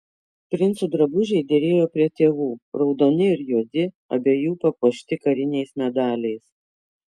princų drabužiai derėjo prie tėvų raudoni ir juodi abiejų papuošti kariniais medaliais